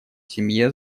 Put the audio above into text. семье